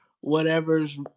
whatever's